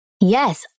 yes